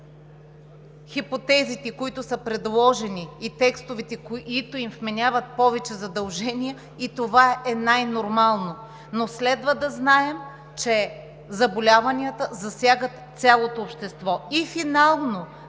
хипотезите, които са предложени, и текстовете, които им вменяват повече задължения – това е най-нормално. Но следва да знаем, че заболяванията засягат цялото общество и финално